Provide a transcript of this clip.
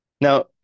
Now